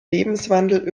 lebenswandel